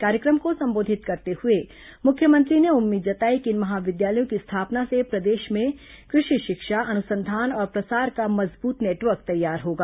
कार्यक्रम को संबोधित करते हुए मुख्यमंत्री ने उम्मीद जताई कि इन महाविद्यालयों की स्थापना से प्रदेश में कृषि शिक्षा अनुसंधान और प्रसार का मजबूत नेटवर्क तैयार होगा